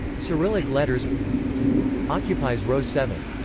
cyrillic letters occupies row seven.